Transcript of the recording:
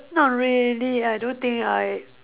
not really I don't think I